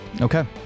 Okay